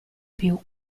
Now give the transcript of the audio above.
più